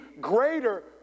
greater